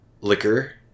liquor